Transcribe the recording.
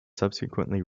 subsequently